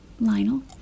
Lionel